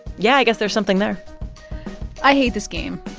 yeah, i guess there's something there i hate this game